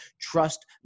Trust